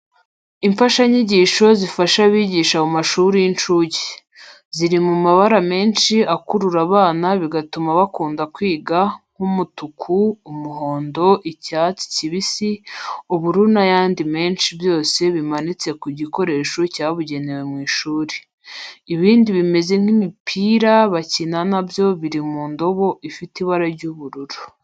Imfashanyigisho zifasha abigisha mu mashuri y'incuke, ziri mu mabara menshi akurura abana bigatuma bakunda kwiga nk'umutuku, umuhondo, icyatsi kibisi, ubururu n'ayandi menshi byose bimanitse ku gikoresho cyabugenewe mu ishuri. Ibindi bimeze nk'imipira bakina na byo biri mu ndobo ifite ibara ry'ubururu.